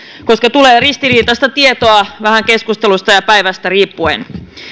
koska tulee ristiriitaista tietoa vähän keskustelusta ja päivästä riippuen